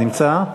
נמצא?